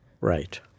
Right